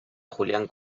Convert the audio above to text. julian